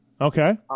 okay